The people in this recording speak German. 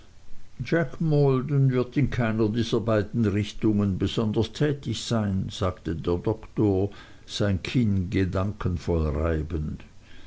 jack maldon wird in keiner dieser beiden richtungen besonders tätig sein sagte der doktor sein kinn gedankenvoll reibend